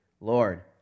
Lord